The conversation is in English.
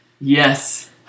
Yes